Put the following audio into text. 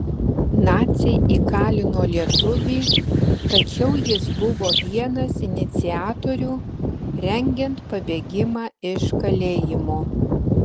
naciai įkalino lietuvį tačiau jis buvo vienas iniciatorių rengiant pabėgimą iš kalėjimo